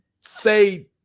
say